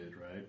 right